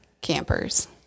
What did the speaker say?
campers